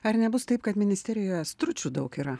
ar nebus taip kad ministerijoje stručių daug yra